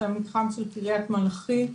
זה המתחם של קריית מלאכי,